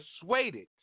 persuaded